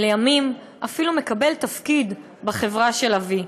ולימים אפילו מקבל תפקיד בחברה של אבי.